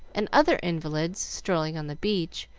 and other invalids, strolling on the beach,